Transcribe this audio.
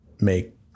make